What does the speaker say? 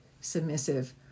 submissive